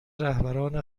رهبران